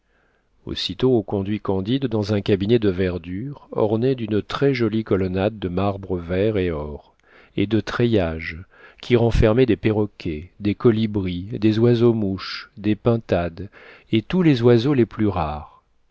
aussitôt on conduit candide dans un cabinet de verdure orné d'une très jolie colonnade de marbre vert et or et de treillages qui renfermaient des perroquets des colibris des oiseaux-mouches des pintades et tous les oiseaux les plus rares